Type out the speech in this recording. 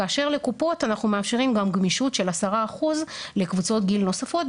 כאשר לקופות אנחנו מאפשרים גם גמישות של 10% לקבוצות גיל נוספות,